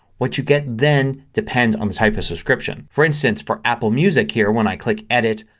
what you get then depends on the type of subscription. for instance for apple music here, when i click edit,